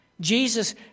Jesus